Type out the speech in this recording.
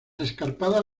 escarpadas